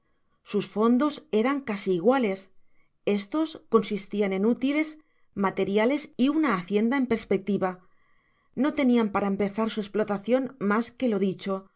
sus fondos eran casi iguales estos consistian en útiles materiales y una hacienda en perspectiva no te nian para empezar su esplotaeiun mas que lo dicho